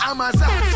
Amazon